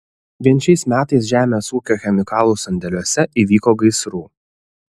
vien šiais metais žemės ūkio chemikalų sandėliuose įvyko gaisrų